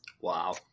Wow